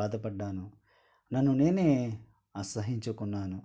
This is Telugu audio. బాధపడ్డాను నన్ను నేనే అసహ్యించుకున్నాను